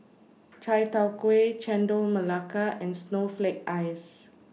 Chai Tow Kuay Chendol Melaka and Snowflake Ice